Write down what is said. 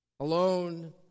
Alone